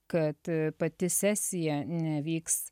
kad pati sesija nevyks